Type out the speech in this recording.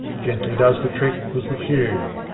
gently does the trick was the tune,